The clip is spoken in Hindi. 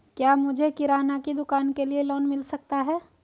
क्या मुझे किराना की दुकान के लिए लोंन मिल सकता है?